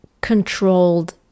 controlled